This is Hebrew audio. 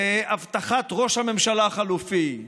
לאבטחת ראש הממשלה החלופי,